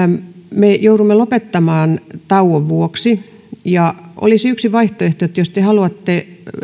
me joudumme lopettamaan tauon vuoksi ja olisi yksi vaihtoehto että jos te haluatte